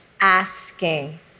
Asking